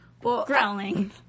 growling